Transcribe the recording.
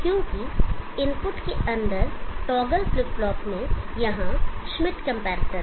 क्योंकि इनपुट के अंदर टॉगल फ्लिप फ्लॉप में यहाँ श्मिट कंपैरेटर है